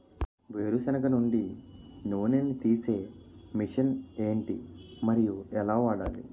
వేరు సెనగ నుండి నూనె నీ తీసే మెషిన్ ఏంటి? మరియు ఎలా వాడాలి?